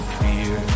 fear